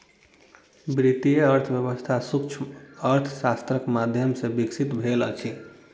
वित्तीय अर्थशास्त्र सूक्ष्म अर्थशास्त्रक माध्यम सॅ विकसित भेल अछि